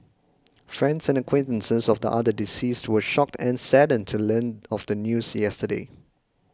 friends and acquaintances of the other deceased were shocked and saddened to learn of the news yesterday